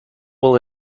will